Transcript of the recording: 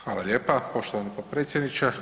Hvala lijepa poštovani potpredsjedniče.